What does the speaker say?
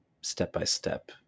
step-by-step